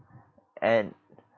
and